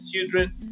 children